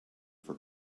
for